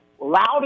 loud